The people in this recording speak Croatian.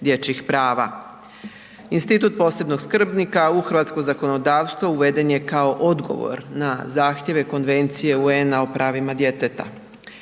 dječjih prava. Institut posebnog skrbnika u hrvatsko zakonodavstvo uveden je kao odgovor na zahtjeve Konvencije UN-a o pravima djeteta.